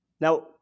Now